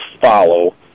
follow